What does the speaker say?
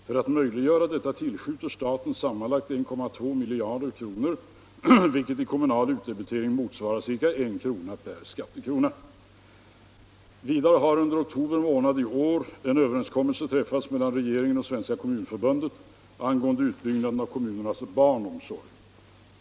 För att möjliggöra detta tillskjuter staten sammanlagt 1,2 miljarder kronor, vilket i kommunal utdebitering motsvarar ca 1 kr. per skattekrona. Vidare har under oktober månad i år en överenskommelse träffats mellan regeringen och Svenska kommunförbundet angående utbyggnaden av kommunernas barnomsorg.